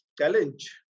challenge